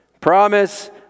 Promise